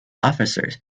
officers